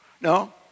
No